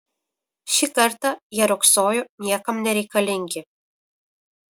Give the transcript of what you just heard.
šį kartą jie riogsojo niekam nereikalingi